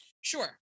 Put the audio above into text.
sure